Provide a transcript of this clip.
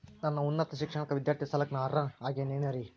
ನನ್ನ ಉನ್ನತ ಶಿಕ್ಷಣಕ್ಕ ವಿದ್ಯಾರ್ಥಿ ಸಾಲಕ್ಕ ನಾ ಅರ್ಹ ಆಗೇನೇನರಿ?